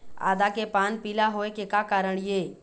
आदा के पान पिला होय के का कारण ये?